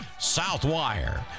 Southwire